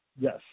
yes